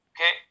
Okay